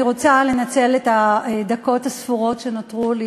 אני רוצה לנצל את הדקות הספורות שנותרו לי